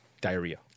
diarrhea